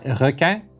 Requin